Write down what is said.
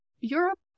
Europe